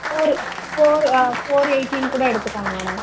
four four ஆ four எயிட்டின்னு கூட எடுத்துக்கோங்க மேடம்